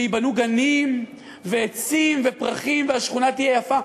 וייבנו גנים ועצים ופרחים והשכונה תהיה יפה?